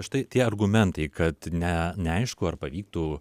štai tie argumentai kad ne neaišku ar pavyktų